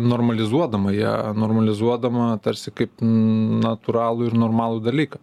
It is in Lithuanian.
normalizuodama ją normalizuodama tarsi kaip natūralų ir normalų dalyką